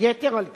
יתר על כן,